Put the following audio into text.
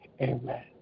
amen